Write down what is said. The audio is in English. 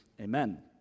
Amen